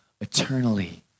eternally